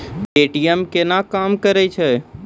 ATM केना काम करै छै?